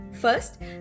First